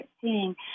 seeing